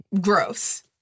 gross